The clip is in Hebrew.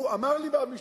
אמר לי פעם מישהו,